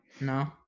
No